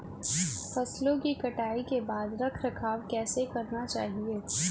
फसलों की कटाई के बाद रख रखाव कैसे करना चाहिये?